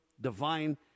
divine